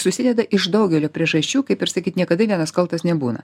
susideda iš daugelio priežasčių kaip ir sakyt niekada vienas kaltas nebūna